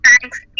Thanks